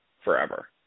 forever